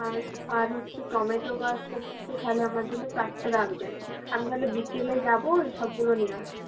আর আর হচ্ছে টমেটো গাছ হচ্ছে তাহলে আমার জন্য চারটে রাখবেন আমি তাহলে বিকেলে যাবো এইসবগুলো নিয়ে আসবো